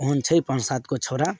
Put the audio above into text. ओहेन छै पाँच सात गो छौड़ा